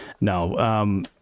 No